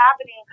happening